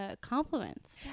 compliments